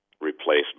replacement